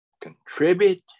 contribute